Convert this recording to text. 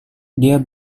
dia